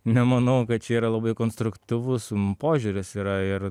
nemanau kad čia yra labai konstruktyvus požiūris yra ir